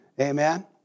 Amen